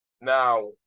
Now